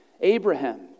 Abraham